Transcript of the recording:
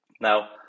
Now